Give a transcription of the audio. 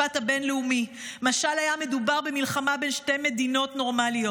הבין-לאומי משל היה מדובר במלחמה בין שתי מדינות נורמליות.